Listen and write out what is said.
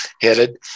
headed